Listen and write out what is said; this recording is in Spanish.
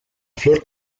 flor